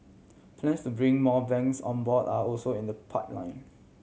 plans to bring more banks on board are also in the pipeline